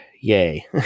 yay